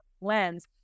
lens